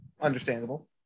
understandable